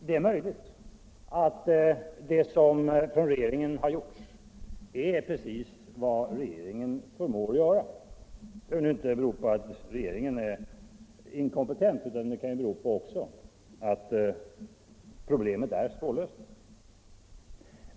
Det är möjligt att det som regeringen har gjort är precis vad regeringen förmår göra. Det behöver inte bero på att regeringen är inkompetent utan det kan också bero på att problemet är svårlöst.